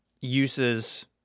uses